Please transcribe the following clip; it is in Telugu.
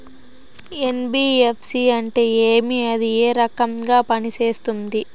ఎన్.బి.ఎఫ్.సి అంటే ఏమి అది ఏ రకంగా పనిసేస్తుంది